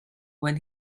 when